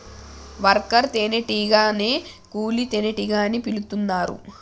worker తేనే టీగనే కూలీ తేనెటీగ అని పిలుతున్నరు